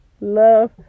love